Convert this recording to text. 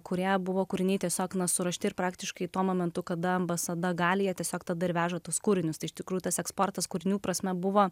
kurie buvo kūriniai tiesiog na surašyti ir praktiškai tuo momentu kada ambasada gali ją tiesiog tada ir veža tuos kūrinius iš tikrų tas eksportas kūrinių prasme buvo